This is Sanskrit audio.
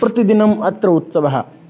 प्रतिदिनमत्र उत्सवः